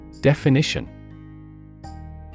Definition